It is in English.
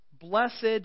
Blessed